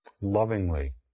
lovingly